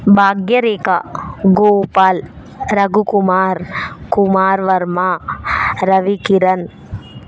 Bhagyarekha Gopal Raghukumar Kumar Varma Ravikiran